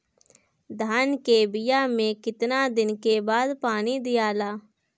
धान के बिया मे कितना दिन के बाद पानी दियाला?